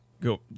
go